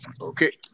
Okay